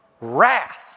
wrath